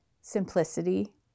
simplicity